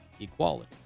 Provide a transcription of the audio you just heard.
equality